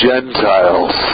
Gentiles